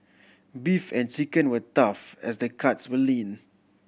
beef and chicken were tough as the cuts were lean